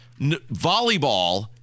volleyball